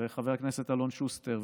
חבר הכנסת אלון שוסטר,